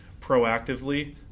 proactively